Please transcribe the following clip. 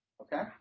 Okay